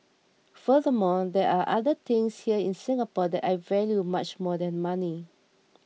furthermore there are other things here in Singapore that I value much more than money